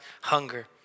hunger